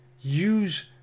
Use